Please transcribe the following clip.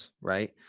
right